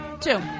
Two